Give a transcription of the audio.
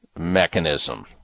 Mechanism